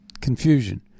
confusion